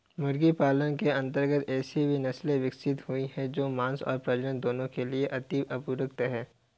मुर्गी पालन के अंतर्गत ऐसी भी नसले विकसित हुई हैं जो मांस और प्रजनन दोनों के लिए अति उपयुक्त हैं